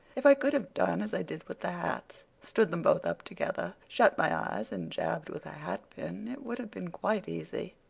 if i could have done as i did with the hats stood them both up together, shut my eyes, and jabbed with a hatpin it would have been quite easy.